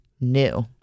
new